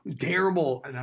Terrible